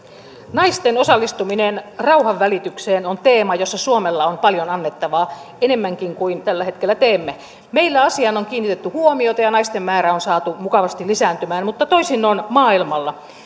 naisten osallistuminen rauhanvälitykseen on teema jossa suomella on paljon annettavaa enemmänkin kuin tällä hetkellä teemme meillä asiaan on kiinnitetty huomiota ja naisten määrä on saatu mukavasti lisääntymään mutta toisin on maailmalla